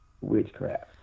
Witchcraft